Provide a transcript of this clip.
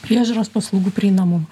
priežiūros paslaugų prieinamumu